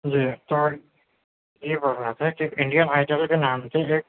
جی تو یہ بول رہے تھے کہ انڈیا